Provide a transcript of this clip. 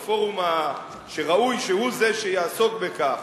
בפורום שראוי שהוא זה שיעסוק בכך,